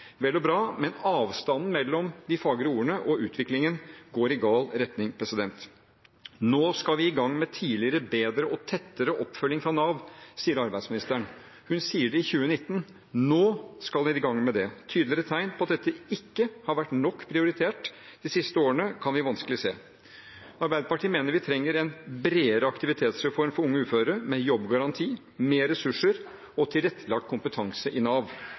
Vel og bra, men avstanden mellom de fagre ordene og utviklingen går i gal retning. Men «nå skal vi i gang med tidligere, bedre og tettere oppfølging fra NAV», sier arbeidsministeren. Hun sier det i 2019 – «nå» skal man i gang med det. Et tydeligere tegn på at dette ikke har vært nok prioritert de siste årene, kan vi vanskelig se. Arbeiderpartiet mener vi trenger en bredere aktivitetsreform for unge uføre, med jobbgaranti, mer ressurser og tilrettelagt kompetanse i Nav,